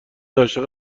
عاشق